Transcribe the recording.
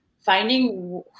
finding